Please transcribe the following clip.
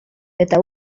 eta